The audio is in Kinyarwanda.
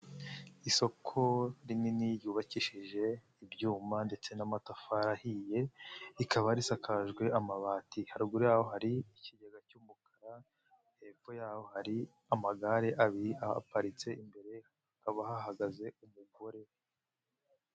Isoko rinini ryubakishije ibyuma ndetse n'amatafari ahiye, rikaba risakajwe amabati, haruguru yaho hari ikiriga cy'umukara, hepfo yaho hari amagare abiri ahaparitse, imbere hakaba hahagaze umugore.